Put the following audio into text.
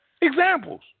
examples